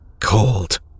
Cold